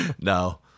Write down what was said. No